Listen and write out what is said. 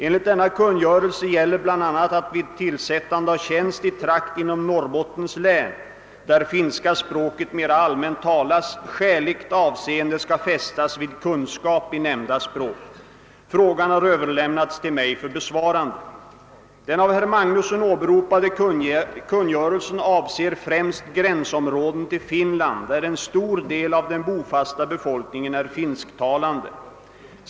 Enligt denna kungörelse gäller bl.a. att vid tillsättande av tjänst i trakt inom Norrbottens län, där finska språket mera allmänt talas, skäligt avseende skall fästas vid kunskap i nämnda språk. Frågan har överlämnats till mig för besvarande. Den av herr Magnusson åberopade kungörelsen avser främst gränsområden till Finland, där en stor del av den bofasta befolkningen är finsktalande.